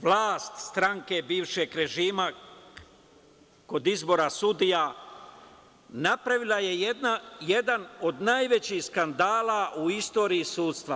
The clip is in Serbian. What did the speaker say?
Vlast stranke bivšeg režima kod izbora sudija napravila je jedan od najvećih skandala u istoriji sudstva.